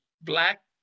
Black